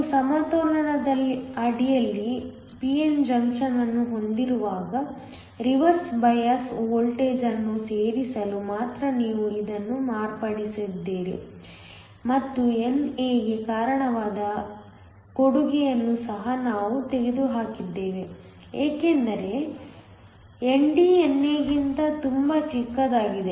ನೀವು ಸಮತೋಲನದ ಅಡಿಯಲ್ಲಿ p n ಜಂಕ್ಷನ್ ಅನ್ನು ಹೊಂದಿರುವಾಗ ರಿವರ್ಸ್ ಬಯಾಸ್ ವೋಲ್ಟೇಜ್ ಅನ್ನು ಸೇರಿಸಲು ಮಾತ್ರ ನೀವು ಅದನ್ನು ಮಾರ್ಪಡಿಸಿದ್ದೀರಿ ಮತ್ತು NA ಗೆ ಕಾರಣವಾದ ಕೊಡುಗೆಯನ್ನು ಸಹ ನಾವು ತೆಗೆದುಹಾಕಿದ್ದೇವೆ ಏಕೆಂದರೆ ND NA ಗಿಂತ ತುಂಬಾ ಚಿಕ್ಕದಾಗಿದೆ